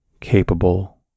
capable